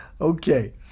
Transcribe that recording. Okay